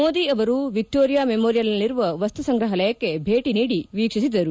ಮೋದಿ ಅವರು ವಿಕ್ಲೋರಿಯಾ ಮೆಮೋರಿಯಲ್ನಲ್ಲಿರುವ ವಸ್ತು ಸಂಗ್ರಹಾಲಯಕ್ಕೆ ಭೇಟಿ ಕೊಟ್ಲು ವೀಕ್ಷಿಸಿದರು